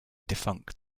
defunct